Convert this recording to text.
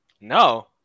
no